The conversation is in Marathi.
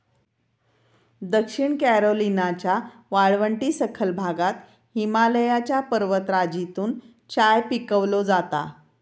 दक्षिण कॅरोलिनाच्या वाळवंटी सखल भागात हिमालयाच्या पर्वतराजीतून चाय पिकवलो जाता